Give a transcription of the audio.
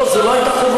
לא, זו לא הייתה חובתי.